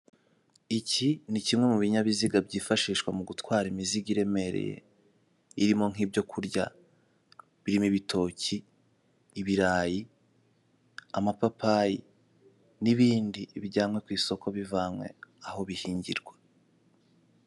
Iki ni kimwe mu binyabiziga byifashishwa mu gutwara imizigo iremereye, irimo nk'ibyo kurya. Birimo ibitoki, ibirayi, amapapayi, n'ibindi bijyanwa ku isoko bivanywe aho bihingirwa.